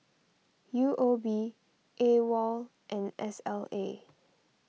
U O B Awol and S L A